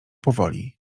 powoli